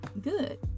good